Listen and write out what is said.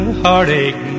heartache